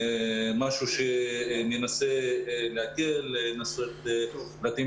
האגף הערבי במשרד מנסה דרך הנהלת המשרד לגייס תקציבים כדי לרכוש